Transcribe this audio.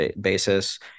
basis